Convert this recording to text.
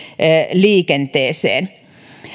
liikenteeseen